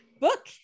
Book